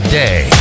day